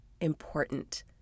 important